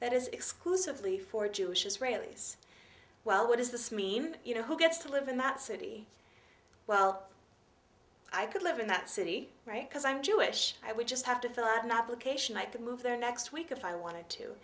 that is exclusively for jewish israelis well what does this mean you know who gets to live in that city well i could live in that city right because i'm jewish i would just have to fill out an application i could move there next week if i wanted to